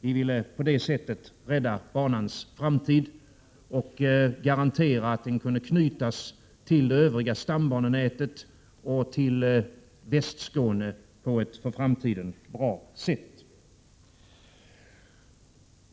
På det viset ville vi rädda banans framtid och garantera att den kunde knytas till det övriga stambanenätet och till Västskåne på ett för framtiden bra sätt.